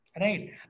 Right